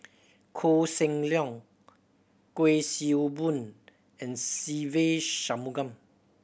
Koh Seng Leong Kuik Swee Boon and Se Ve Shanmugam